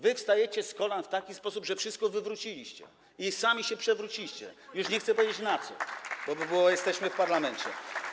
Wy wstajecie z kolan w taki sposób, że wszystko wywróciliście i sami się przewróciliście, już nie chcę powiedzieć, na co, bo jesteśmy w parlamencie.